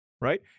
right